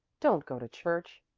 don't go to church.